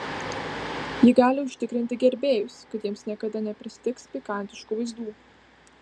ji gali užtikrinti gerbėjus kad jiems niekada nepristigs pikantiškų vaizdų